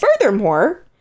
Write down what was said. Furthermore